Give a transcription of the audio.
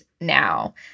now